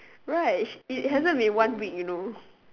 right it hasn't been one week you know